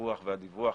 הפיקוח והדיווח,